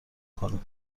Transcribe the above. کنید